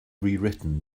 rewritten